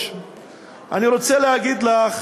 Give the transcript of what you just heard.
אני רוצה להגיד לך